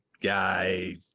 guy